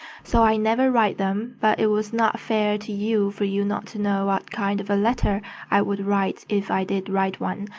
so i never write them, but it was not fare to you for you not to know what kind of a letter i would write if i did write one,